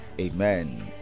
amen